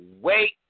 wait